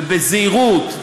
וזהירות,